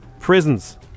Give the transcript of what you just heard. Prisons